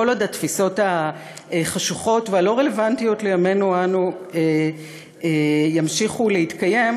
כל עוד התפיסות החשוכות והלא-רלוונטיות לימינו אנו ימשיכו להתקיים,